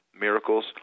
miracles